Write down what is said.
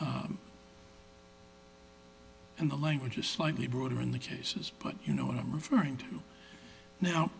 and the language is slightly broader in the cases but you know what i'm referring to now